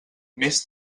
més